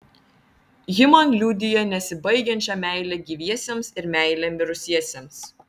ji man liudija nesibaigiančią meilę gyviesiems ir meilę mirusiesiems